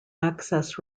access